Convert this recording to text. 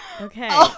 Okay